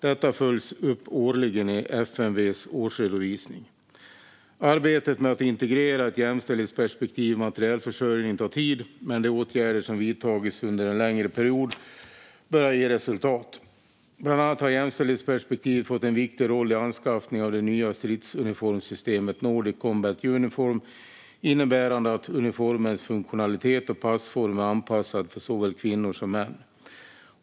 Detta följs upp årligen i FMV:s årsredovisning. Arbetet med att integrera ett jämställdhetsperspektiv i materielförsörjningen tar tid, men de åtgärder som vidtagits under en längre period börjar ge resultat. Bland annat har jämställdhetsperspektivet fått en viktig roll i anskaffningen av det nya stridsuniformssystemet Nordic Combat Uniform, vilket innebär att uniformen i fråga om funktionalitet och passform är anpassad för såväl kvinnor som män.